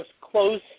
close